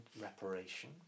reparation